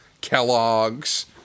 Kellogg's